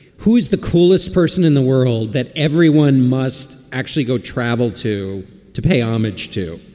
who is the coolest person in the world that everyone must actually go travel to to pay homage to